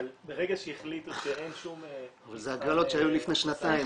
אבל ברגע שהחליטו שאין שום --- אבל זה הגרלות שהיו לפני שנתיים,